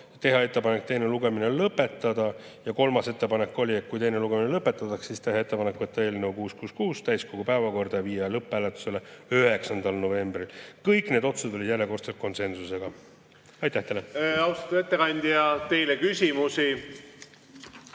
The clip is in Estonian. teha ettepanek teine lugemine lõpetada ja kolmas ettepanek oli, et kui teine lugemine lõpetatakse, siis teha ettepanek võtta eelnõu 666 täiskogu päevakorda ja viia läbi lõpphääletus 9. novembril. Kõik need otsused olid tehtud konsensusega. Aitäh teile! Austatud ettekandja, teile küsimusi